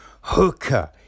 Hooker